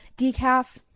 decaf